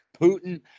Putin